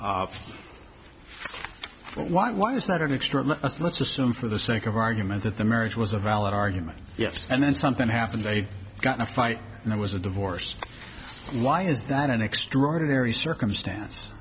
g why why is that an extra let's assume for the sake of argument that the marriage was a valid argument yes and then something happened they got a fight it was a divorce why is that an extraordinary circumstance